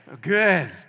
Good